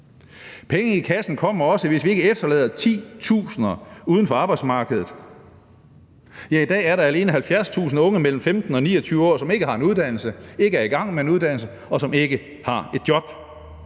Penge i kassen kommer også, hvis vi ikke efterlader titusinder uden for arbejdsmarkedet. Ja, i dag er der alene 70.000 unge mellem 15 og 29 år, som ikke har en uddannelse, ikke er i gang med en uddannelse eller ikke har et job.